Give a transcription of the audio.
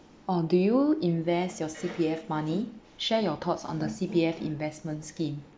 oh do you invest your C_P_F money share your thoughts on the C_P_F investment scheme